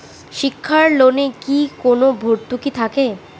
শিক্ষার লোনে কি কোনো ভরতুকি থাকে?